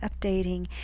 updating